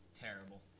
terrible